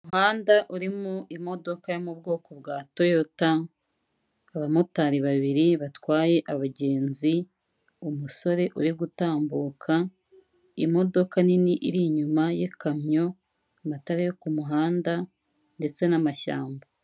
Umuhanda urimo imodoka yo mu bwoko bwa toyota, abamotari babiri batwaye abagenzi, umusore uri gutambuka, imodoka nini iri inyuma y'ikamyo, amatara yo ku muhanda ndetse n'amashyamba.